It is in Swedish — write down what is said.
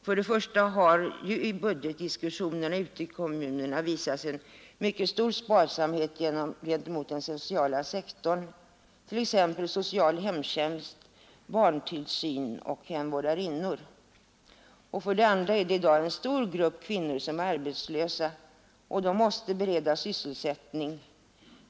——— För det första har i budgetdiskussionerna ute i kommunerna sparsamhet visats gentemot den sociala sektorn, t.ex. social hemtjänst, barntillsyn och hemvårdarinnor. För det andra är det idag en stor grupp kvinnor som är arbetslösa. De måste beredas sysselsättning.